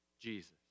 Jesus